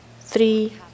three